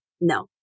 No